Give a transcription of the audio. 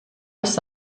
ist